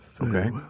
Okay